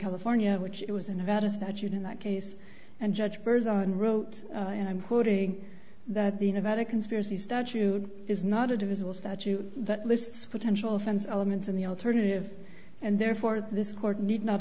california which it was in nevada statute in that case and judge birds and wrote and i'm quoting that the universe to conspiracy statute is not a divisible statute that lists potential offense elements in the alternative and therefore this court need not